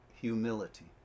humility